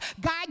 God